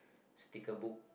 sticker book